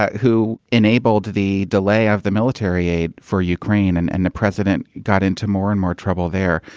who enabled the delay of the military aid for ukraine. and and the president got into more and more trouble there.